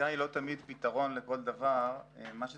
במקרה הזה